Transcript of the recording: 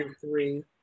three